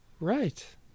Right